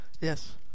Yes